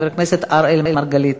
חבר הכנסת אראל מרגלית,